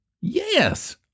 Yes